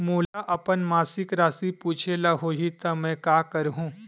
मोला अपन मासिक राशि पूछे ल होही त मैं का करहु?